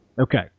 Okay